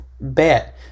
bet